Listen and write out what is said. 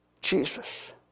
Jesus